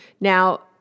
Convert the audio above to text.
Now